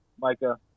Micah